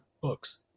books